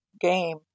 game